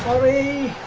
three